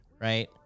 right